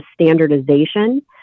standardization